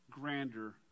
grander